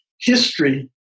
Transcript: history